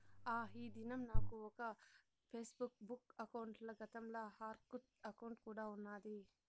ఆ, ఈ దినం నాకు ఒక ఫేస్బుక్ బుక్ అకౌంటల, గతంల ఆర్కుట్ అకౌంటు కూడా ఉన్నాది